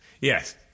Yes